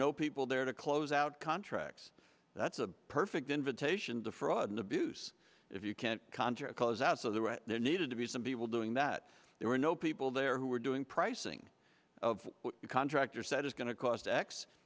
no people there to close out contracts that's a perfect invitation to fraud and abuse if you can't conjure a cause out so that there needed to be some people doing that there were no people there who were doing pricing of contractors that is going to cost